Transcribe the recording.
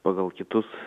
pagal kitus